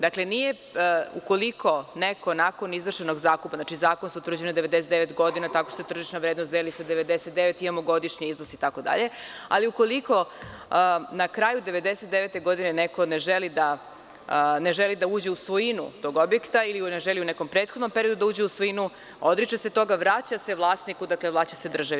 Dakle, ukoliko neko nakon izvršenog zakupa, znači, zakon se utvrđuje na 99 godina tako što se tržišna vrednost deli sa 99 i imamo godišnji iznos itd, ali ukoliko na kraju 99 godine neko ne želi da uđe u svojinu tog objekata ili ne želi u nekom prethodnom periodu da uđe u svojinu, odriče se toga, vraća se vlasniku, tj. vraća se državi.